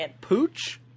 Pooch